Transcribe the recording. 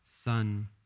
son